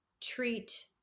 treat